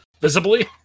visibly